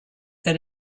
that